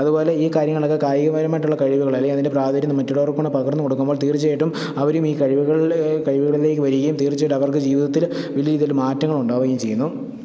അതു പോലെ ഈ കാര്യങ്ങളൊക്കെ കായികപരമായിട്ടുള്ള കഴിവുകളെ അല്ലെങ്കിൽ അതിന്റെ പ്രാധാന്യം മറ്റുള്ളവര്ക്കു കൂടി പകര്ന്നു കൊടുക്കുമ്പോൾ തീര്ച്ചയായിട്ടും അവരും ഈ കഴിവുകളിലെ കഴിവുകളിലേക്കു വരികയും തീര്ച്ചയായിട്ടും അവര്ക്കു ജീവിതത്തിൽ വലിയ രീതിയിൽ മാറ്റങ്ങള് ഉണ്ടാകുകയും ചെയ്യുന്നു